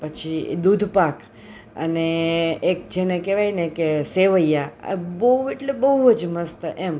પછી દૂધપાક અને એક જેને કહેવાયને કે સેવૈયા બહુ એટલે બહુ મસ્ત એમ